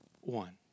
one